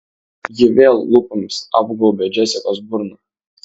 ji vėl lūpomis apgaubė džesikos burną